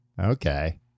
Okay